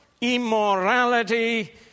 immorality